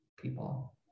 people